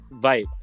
vibe